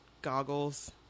goggles